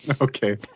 Okay